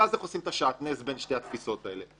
ואז איך עושים את השעטנז בין שתי התפיסות האלה.